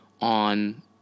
on